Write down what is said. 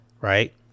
right